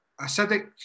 acidic